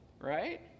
Right